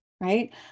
right